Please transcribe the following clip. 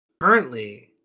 currently